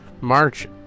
March